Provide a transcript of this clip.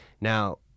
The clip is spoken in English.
now